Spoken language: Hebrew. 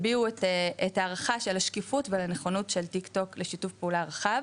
הביעו את הערכה של השקיפות ועל הנכונות של טיקטוק לשיתוף פעולה רחב